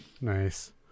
Nice